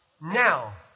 Now